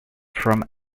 from